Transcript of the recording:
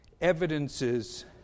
evidences